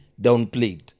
downplayed